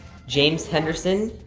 james henderson.